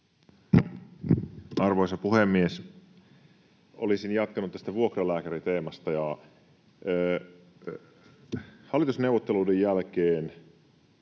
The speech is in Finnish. Arvoisa puhemies! Olisin jatkanut tästä vuokralääkäriteemasta. Hallitusneuvotteluiden jälkeen